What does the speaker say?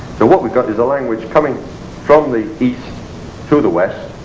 but what we've got is a language coming from the east to the west,